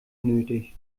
nötig